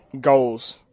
goals